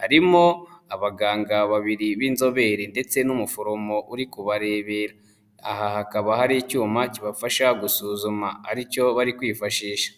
harimo abaganga babiri b'inzobere ndetse n'umuforomo uri kubarebera, aha hakaba hari icyuma kibafasha gusuzuma ari cyo bari kwifashisha.